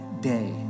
day